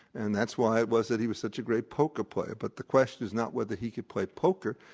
and that's why it was that he was such a great poker player. but the question is not whether he could play poker,